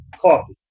coffee